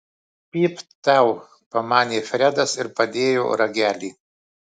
pypt tau pamanė fredas ir padėjo ragelį